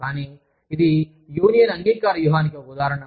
కానీ ఇది యూనియన్ అంగీకార వ్యూహానికి ఒక ఉదాహరణ